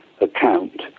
account